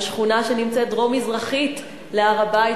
על שכונה שנמצאת דרומית מזרחית להר-הבית,